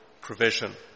provision